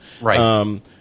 Right